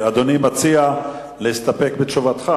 אדוני מציע להסתפק בתשובה,